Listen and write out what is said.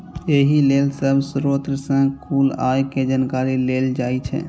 एहि लेल सब स्रोत सं कुल आय के जानकारी लेल जाइ छै